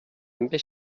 també